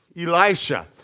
Elisha